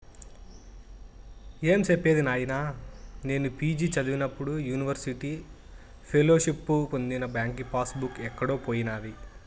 ఏం సెప్పేది నాయినా, నేను పి.జి చదివేప్పుడు యూనివర్సిటీ ఫెలోషిప్పు పొందిన బాంకీ పాస్ బుక్ ఎక్కడో పోయినాది